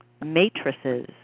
Matrices